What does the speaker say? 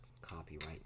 copyright